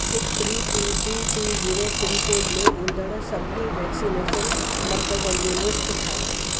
six three two two two zero pincode में ईंदड़ सभिनी वैक्सनेशन मर्कज़नि जी लिस्ट ठाहियो